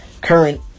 current